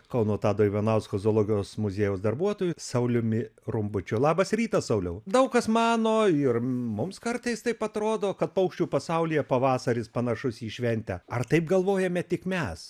kauno tado ivanausko zoologijos muziejaus darbuotoju sauliumi rumbučiu labas rytas sauliau daug kas mano ir mums kartais taip atrodo kad paukščių pasaulyje pavasaris panašus į šventę ar taip galvojame tik mes